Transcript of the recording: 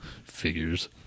Figures